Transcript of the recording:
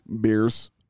Beers